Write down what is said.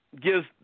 gives